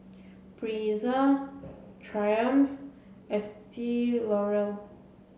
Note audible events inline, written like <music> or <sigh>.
Breezer Triumph Estee <unintelligible>